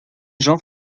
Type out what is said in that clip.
gens